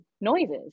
noises